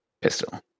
pistol